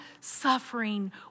suffering